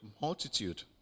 multitude